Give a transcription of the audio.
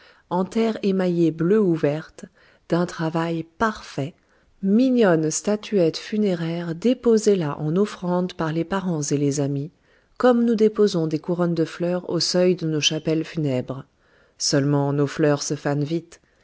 en terre émaillée bleue ou verte d'un travail parfait mignonnes statuettes funéraires déposées là en offrande par les parents et les amis comme nous déposons des couronnes de fleurs au seuil de nos chapelles funèbres seulement nos fleurs se fanent vite